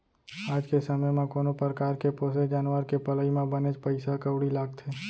आज के समे म कोनो परकार के पोसे जानवर के पलई म बनेच पइसा कउड़ी लागथे